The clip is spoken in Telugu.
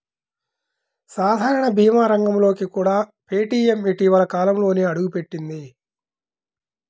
సాధారణ భీమా రంగంలోకి కూడా పేటీఎం ఇటీవలి కాలంలోనే అడుగుపెట్టింది